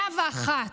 101,